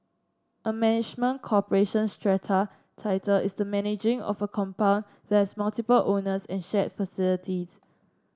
a management corporation strata title is the managing of a compound that has multiple owners and shared facilities